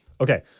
okay